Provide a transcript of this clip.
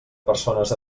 persones